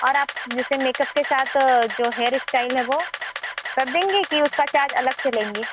और आप जैसे मेकअप के साथ जो हेयर स्टाइल है वो कर देंगी कि उसका चार्ज अलग से लेंगी